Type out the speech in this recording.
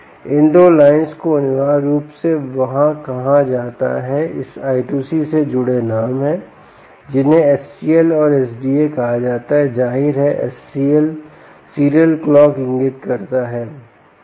इन 2 lines को अनिवार्य रूप से वहां कहा जाता है इस I2C से जुड़े नाम हैं जिन्हें SCL और SDA कहा जाता है जाहिर है SCL सीरियल क्लॉक इंगित करता है